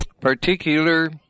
particular